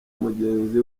mugenzi